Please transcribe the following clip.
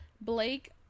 Blake